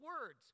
words